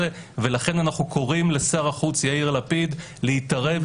ולכן אנחנו קוראים לשר החוץ יאיר לפיד להתערב,